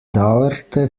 dauerte